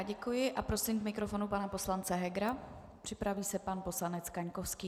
Děkuji a prosím k mikrofonu pana poslance Hegera, připraví se pan poslanec Kaňkovský.